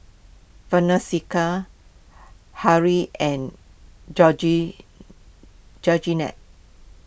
Francesca hurry and George George net